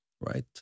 right